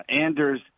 Anders